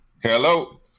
Hello